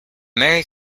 merry